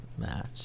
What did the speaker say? match